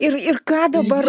ir ir ką dabar